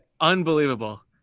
unbelievable